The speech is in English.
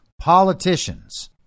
Politicians